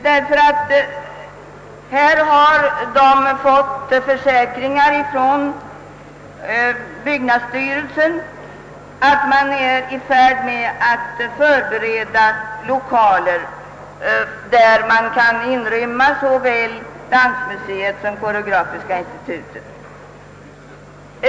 Utskottet har nämligen fått försäkringar från byggnadsstyrelsen, att man är i färd med att förbereda lokaler för såväl Dansmuseet som Koreografiska institutet.